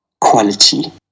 quality